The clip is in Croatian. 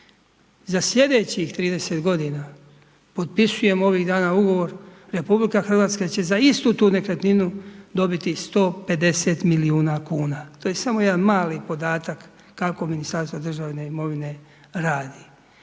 Za sljedećih 30 g. potpisujemo ovih dana ugovor RH će za istu tu nekretninu dobiti 150 milijuna kuna. To je samo jedan mali podatak kako Ministarstvo državne imovine radi.